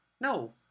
No